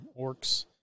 orcs